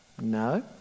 No